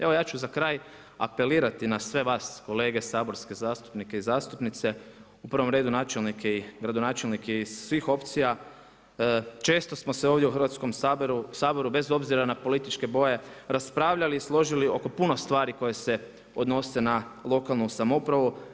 Evo ja ću za kraj apelirati, na sve vas kolege saborski zastupnike i zastupnice, u prvom redu načelnike i gradonačelnike iz svih opcija često smo se ovdje u Hrvatskom sabora bez obzira na političke boje raspravljali i složili oko puno stvari koje se odnose na lokalnu samoupravu.